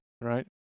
Right